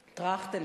ועדת-טרכטנברג.